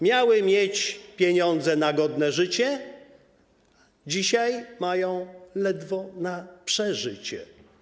Miały mieć pieniądze na godne życie, dzisiaj mają ledwo na przeżycie.